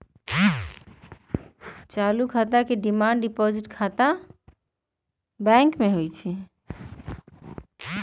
चालू खाता के डिमांड डिपाजिट खाता भी कहा हई